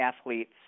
athletes